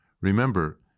Remember